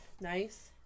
Nice